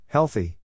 Healthy